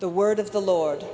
the word of the lord